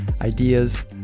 ideas